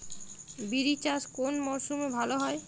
বিরি চাষ কোন মরশুমে ভালো হবে?